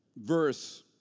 verse